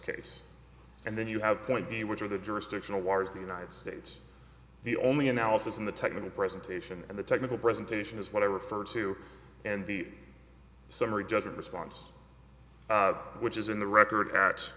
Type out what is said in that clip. case and then you have twenty which are the jurisdictional wires the united states the only analysis in the technical presentation and the technical presentation is what i refer to and the summary judgment response which is in the record at